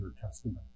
Testament